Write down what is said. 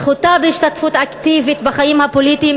וזכותה להשתתפות אקטיבית בחיים הפוליטיים